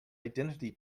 identity